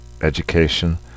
education